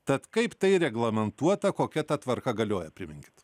tad kaip tai reglamentuota kokia ta tvarka galioja priminkit